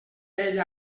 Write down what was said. ell